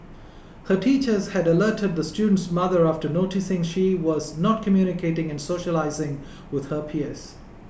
her teachers had alerted the student's mother after noticing she was not communicating and socialising with her peers